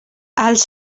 els